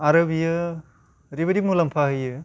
आरो बेयो ओरैबायदि मुलाम्फा होयो